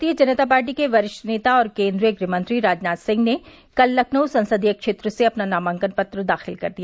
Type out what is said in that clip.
भारतीय जनता पार्टी के वरिष्ठ नेता और केन्द्रीय गृहमंत्री राजनाथ सिंह ने कल लखनऊ संसदीय क्षेत्र से अपना नामांकन पत्र दाख़िल कर दिया